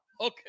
Okay